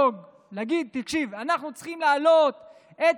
במקום לבוא ולדאוג,